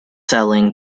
selling